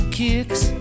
kicks